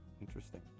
interesting